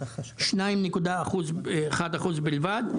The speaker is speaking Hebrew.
2.1 אחוז בלבד,